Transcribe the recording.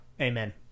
Amen